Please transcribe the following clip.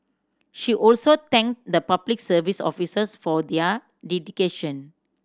she also thanked the Public Service officers for their dedication